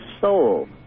soul